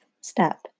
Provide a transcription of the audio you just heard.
step